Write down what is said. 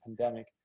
pandemic